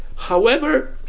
however,